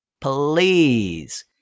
Please